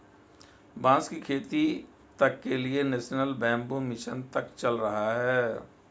बांस की खेती तक के लिए नेशनल बैम्बू मिशन तक चल रहा है